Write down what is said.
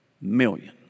million